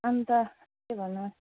अन्त के भन्नु